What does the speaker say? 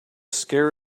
scare